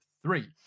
Three